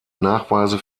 nachweise